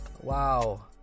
Wow